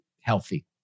healthy